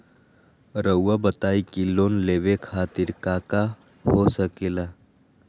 रउआ बताई की लोन लेवे खातिर काका हो सके ला?